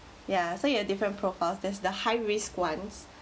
ya so you have different profile there's the high risk ones